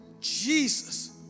Jesus